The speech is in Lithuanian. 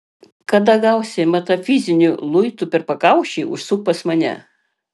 kada gausi metafiziniu luitu per pakaušį užsuk pas mane